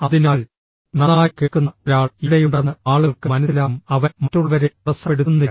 അതിനാൽ നന്നായി കേൾക്കുന്ന ഒരാൾ ഇവിടെയുണ്ടെന്ന് ആളുകൾക്ക് മനസ്സിലാകും അവൻ മറ്റുള്ളവരെ തടസ്സപ്പെടുത്തുന്നില്ല